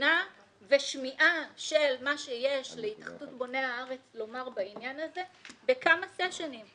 בחינה ושמיעה של מה שיש להתאחדות בוני הארץ לומר בעניין הזה בכמה סשנים.